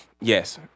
Yes